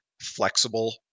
flexible